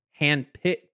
handpicked